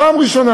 פעם ראשונה.